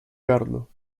carlo